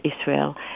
Israel